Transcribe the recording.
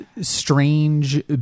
strange